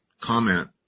comment